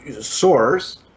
source